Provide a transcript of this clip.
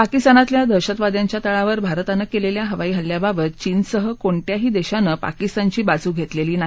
पाकिस्तानातल्या दहशतवाद्यांच्या तळावर भारतानं केलेल्या हवाई हल्ल्याबाबत चीनसह कोणत्याही देशानं पाकिस्तानची बाजू घेतलेली नाही